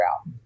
out